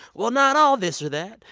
well, not all this or that.